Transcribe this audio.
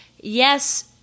yes